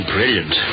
brilliant